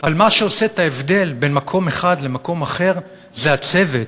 אבל מה שעושה את ההבדל בין מקום אחד למקום אחר זה הצוות.